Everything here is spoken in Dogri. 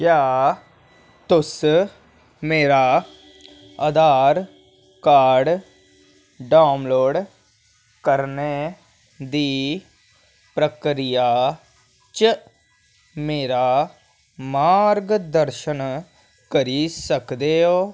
क्या तुस मेरा आधार कार्ड डाउनलोड करने दी प्रक्रिया च मेरा मार्गदर्शन करी सकदे ओ